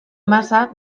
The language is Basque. masa